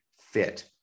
fit